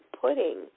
pudding